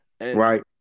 Right